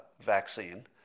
vaccine